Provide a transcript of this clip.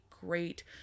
great